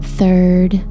third